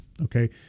okay